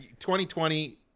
2020